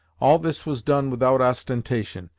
all this was done without ostentation,